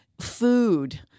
food